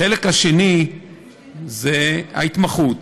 החלק השני זה ההתמחות,